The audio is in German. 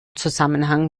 zusammenhang